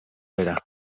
bera